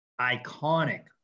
iconic